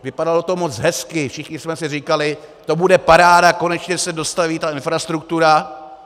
Vypadalo to moc hezky, všichni jsme si říkali, to bude paráda, konečně se dostaví ta infrastruktura...